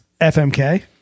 FMK